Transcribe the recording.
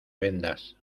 vendas